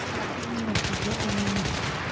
वाचूंक नाशिल्ल्यो ईमेली